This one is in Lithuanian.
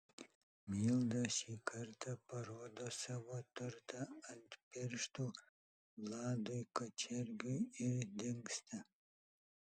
milda šį kartą parodo savo turtą ant pirštų vladui kačergiui ir dingsta